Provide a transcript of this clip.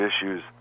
issues